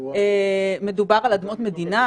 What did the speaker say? מדובר על אדמות מדינה.